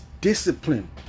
discipline